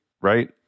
right